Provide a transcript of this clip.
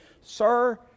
Sir